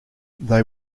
they